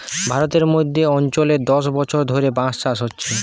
ভারতের মধ্য অঞ্চলে দশ বছর ধরে বাঁশ চাষ হচ্ছে